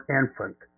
infant